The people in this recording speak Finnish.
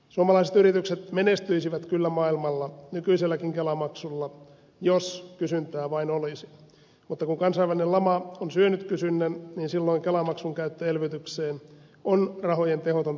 suomalaiset yritykset menestyisivät kyllä maailmalla nykyiselläkin kelamaksulla jos kysyntää vain olisi mutta kun kansainvälinen lama on syönyt kysynnän silloin kelamaksun käyttö elvytykseen on rahojen tehotonta käyttöä